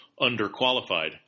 underqualified